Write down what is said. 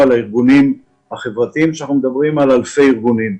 לארגונים החברתיים כאשר אנחנו מדברים על אלפי ארגונים.